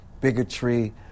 bigotry